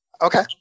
Okay